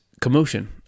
commotion